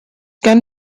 can